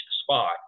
spot